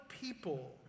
people